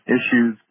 issues